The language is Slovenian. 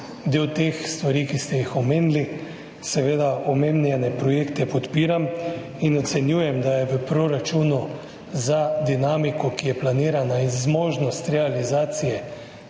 Del teh stvari, ki ste jih omenili, omenjene projekte podpiram in ocenjujem, da so v proračunu za dinamiko, ki je planirana, in zmožnost realizacije